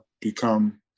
become